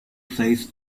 size